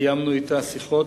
וקיימנו אתה שיחות,